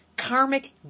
karmic